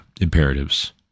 imperatives